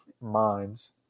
minds